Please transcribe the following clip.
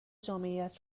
جامعیت